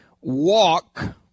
walk